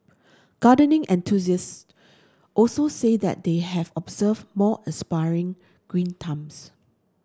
gardening enthusiast also say that they have observed more aspiring green thumbs